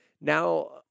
now